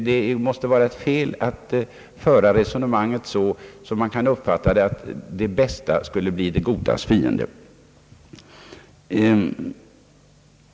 Det måste dock vara fel att föra resonemanget så, att man kan uppfatta det som om det bästa skulle bli det godas fiende.